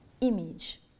image